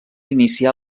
iniciar